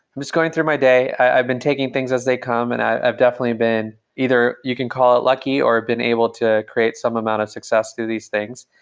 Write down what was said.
i'm just going through my day. i've been taking things as they come and i've definitely been either you can call lucky or been able to create some amount of success through these things,